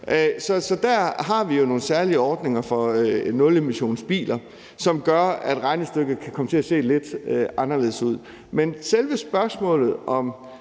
Der har vi nogle særlige ordninger for nulemissionsbiler, som gør, at regnestykket kan komme til at se lidt anderledes ud. Men i forhold til selve spørgsmålet om